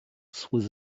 through